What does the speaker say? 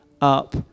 up